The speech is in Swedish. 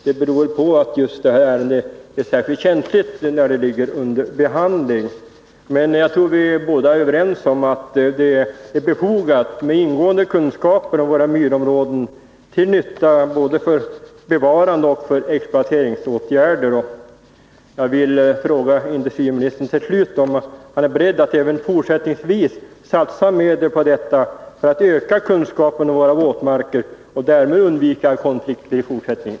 Det beror väl på att detta ärende är särskilt känsligt när det ligger under behandling, men jag tror att vi båda är överens om att det är befogat med ingående kunskaper om våra myrområden, till nytta både för deras bevarande och för exploateringsåtgärder. Jag vill till slut fråga industriministern om han är beredd att även fortsättningsvis satsa medel på att öka kunskapen om våra våtmarker och därmed undvika konflikter i fortsättningen.